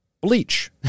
bleach